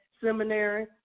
seminary